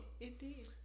Indeed